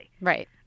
Right